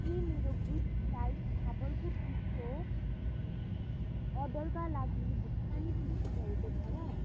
के मेरो good diet फापरको पिठो अर्डरका लागि भुक्तानी पुष्टि भएको छ र